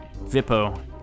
Vippo